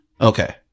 Okay